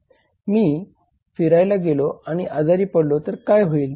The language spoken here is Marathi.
मग मी फिरायला गेलो आणि आजारी पडलो तर काय होईल